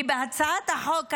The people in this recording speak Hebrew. בהצעת החוק ההיא,